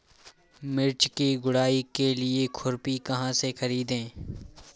मिर्च की गुड़ाई के लिए खुरपी कहाँ से ख़रीदे?